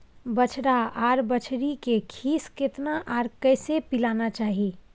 बछरा आर बछरी के खीस केतना आर कैसे पिलाना चाही?